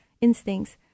instincts